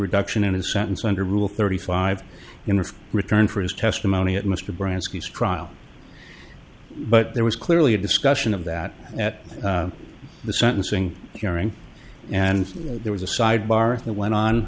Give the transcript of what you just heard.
reduction in his sentence under rule thirty five in the return for his testimony at mr branscum trial but there was clearly a discussion of that at the sentencing hearing and there was a sidebar that went on